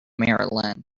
maryland